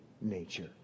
nature